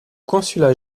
consulat